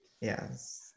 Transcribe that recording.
yes